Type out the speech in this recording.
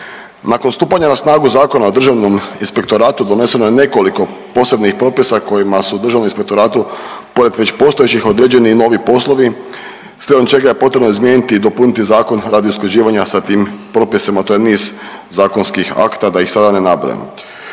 Nakon stupanja na snagu Zakona o državnom inspektoratu doneseno je nekoliko posebnih propisa kojima su državnom inspektoratu pored već postojećih određeni i novi poslovi slijedom čega je potrebno izmijeniti i dopuniti zakon radi usklađivanja sa tim propisima, to je niz zakonskih akta da ih sada ne nabrajam.